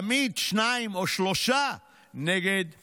תמיד שניים או שלושה נגד אחד.